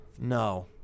No